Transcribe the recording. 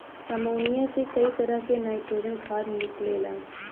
ammonia से कई तरह क नाइट्रोजन खाद निकलेला